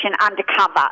undercover